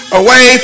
away